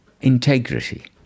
Integrity